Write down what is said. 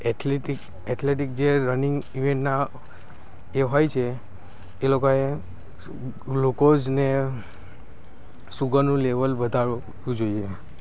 athletic athletic જે running ઇવેંટના તે હોય છે એ લોકાએ ગ્લુકોઝને સુગરનું લેવલ વધારવું જોઈએ